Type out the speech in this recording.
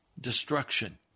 destruction